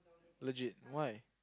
legit why